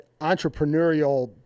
entrepreneurial